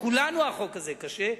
לכולנו החוק הזה קשה,